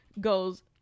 goes